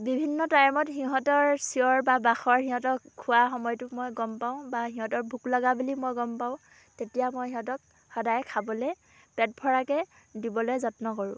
বিভিন্ন টাইমত সিহঁতৰ চিঞৰ বা বাখৰ সিহঁতক খোৱা সময়টো মই গম পাওঁ বা সিহঁতৰ ভোক লগা বুলি মই গম পাওঁ তেতিয়া মই সিহঁতক সদায় খাবলৈ পেট ভৰাকৈ দিবলৈ যত্ন কৰোঁ